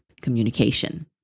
communication